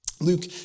Luke